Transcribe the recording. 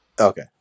okay